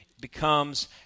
becomes